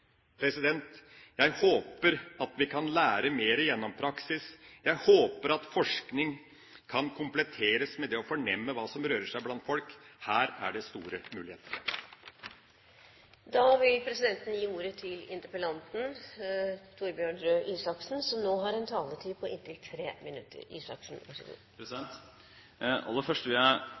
Jeg håper at vi kan lære mer gjennom praksis. Jeg håper at forskning kan kompletteres med det å fornemme hva som rører seg blant folk. Her er det store muligheter. Aller først vil jeg veldig sterkt ta avstand fra alle som forsøker å knytte begrepet «utenforskap» til noen som